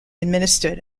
administered